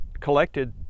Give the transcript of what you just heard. collected